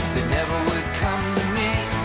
never would come to me